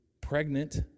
pregnant